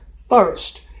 first